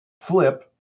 flip